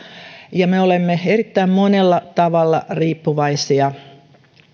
ja me olemme erittäin monella tavalla riippuvaisia